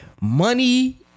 Money